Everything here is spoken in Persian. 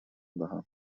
دهند